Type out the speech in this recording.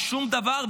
בשום דבר,